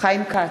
חיים כץ,